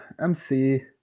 MC